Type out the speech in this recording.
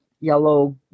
yellow